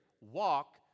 Walk